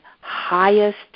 highest